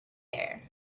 there